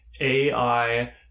AI